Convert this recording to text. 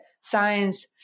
science